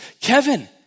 Kevin